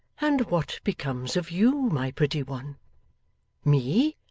and what becomes of you, my pretty one me!